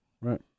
Right